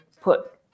put